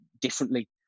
differently